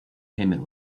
payment